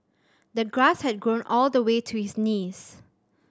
the grass had grown all the way to his knees